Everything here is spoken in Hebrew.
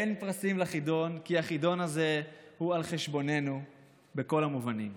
אין פרסים בחידון כי החידון הזה הוא על חשבוננו בכל המובנים.